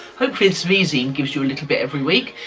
hopefully this v-zine gives you a little bit every week.